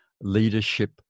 Leadership